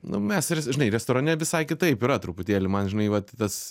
nu mes ir žinai restorane visai kitaip yra truputėlį man žinai vat tas